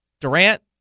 Durant